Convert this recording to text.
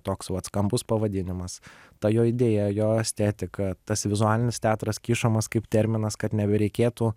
toks vat skambus pavadinimas ta jo idėja jo estetika tas vizualinis teatras kišamas kaip terminas kad nebereikėtų